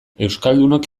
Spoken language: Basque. euskaldunok